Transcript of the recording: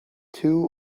two